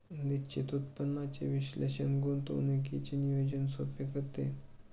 निश्चित उत्पन्नाचे विश्लेषण गुंतवणुकीचे नियोजन सोपे करते